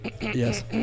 Yes